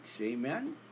Amen